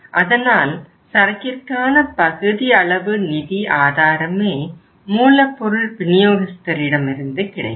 அதனால் சரக்கிற்கான பகுதி அளவு நிதி ஆதாரமே மூலப்பொருள் விநியோகஸ்தரிடமிருந்து கிடைக்கும்